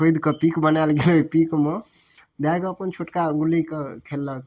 खोदिकऽ पिक बनायल गेल ओइ पिकमे जाकऽ अपन छोटका गुल्लीके खेललक